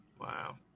wow